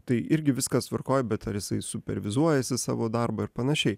tai irgi viskas tvarkoj bet ar jisai supervizuojasi savo darbą ir panašiai